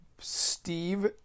Steve